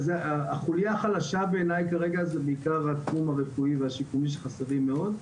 החוליה החלשה בעיניי כרגע זה בעיקר התחום הרפואי והשיקומי שחסרים מאוד.